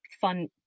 fun